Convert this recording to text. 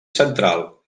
central